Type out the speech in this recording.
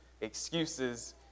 excuses